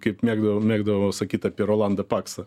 kaip mėgdavo mėgdavo sakyt apie rolandą paksą